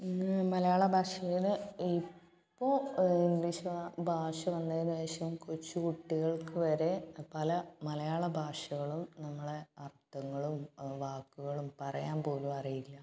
ഇന്ന് മലയാളഭാഷയില് ഇപ്പോൾ ഇംഗ്ലീഷ് ബ ഭാഷ വന്നതിന് ശേഷം കൊച്ചു കുട്ടികൾക്ക് വരെ പല മലയാളഭാഷകളും നമ്മളുടെ അർത്ഥങ്ങളും വാക്കുകളും പറയാൻ പോലും അറിയില്ല